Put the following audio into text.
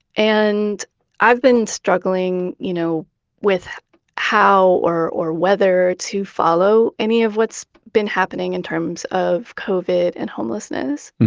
and i've been struggling you know with how or or whether to follow any of what's been happening in terms of covid and homelessness.